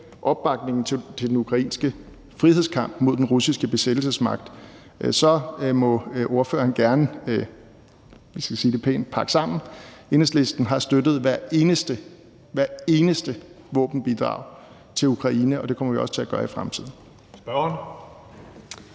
opbakningen til den ukrainske frihedskamp mod den russiske besættelsesmagt, så må ordføreren gerne – vi skal sige det pænt – pakke sammen. Enhedslisten har støttet hvert eneste – hvert eneste – våbenbidrag til Ukraine, og det kommer vi også til at gøre i fremtiden.